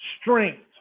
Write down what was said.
strength